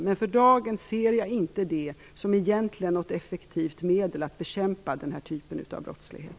Men för dagen ser jag inte det som något effektivt medel att bekämpa den här typen av brottslighet.